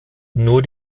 nur